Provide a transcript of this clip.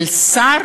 של שר